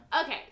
Okay